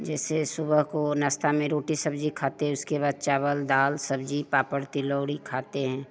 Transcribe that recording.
जैसे सुबह को नाश्ता में रोटी सब्ज़ी खाते हैं उसके बाद चावल दाल सब्ज़ी पापड़ तिलौड़ी खाते हैं